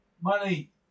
Money